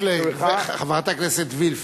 חברת הכנסת וילף,